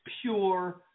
pure